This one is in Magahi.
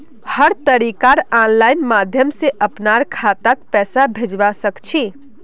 हर तरीकार आनलाइन माध्यम से अपनार खातात पैसाक भेजवा सकछी